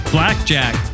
Blackjack